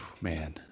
Man